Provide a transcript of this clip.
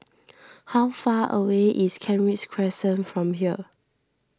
how far away is Kent Ridge Crescent from here